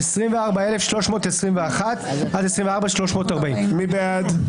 24,321 עד 24,340. מי בעד?